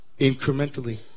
incrementally